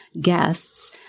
guests